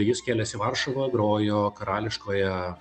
jis kėlės į varšuvą grojo karališkoje